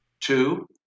Two